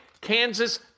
Kansas